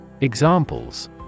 Examples